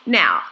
now